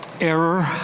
error